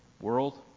world